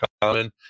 common